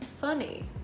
Funny